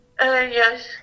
Yes